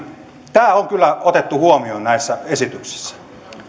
tämä on kyllä otettu huomioon näissä esityksissä